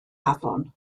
afon